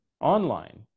Online